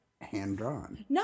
hand-drawn